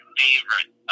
favorite